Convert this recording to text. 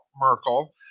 Merkel